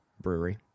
brewery